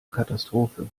katastrophe